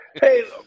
Hey